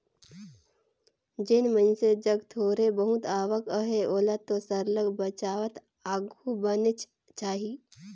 जेन मइनसे जग थोर बहुत आवक अहे ओला तो सरलग बचावत आघु बढ़नेच चाही